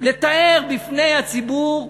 לתאר בפני הציבור,